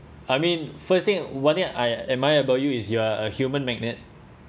I mean first thing one thing I admire about you is you are a human magnet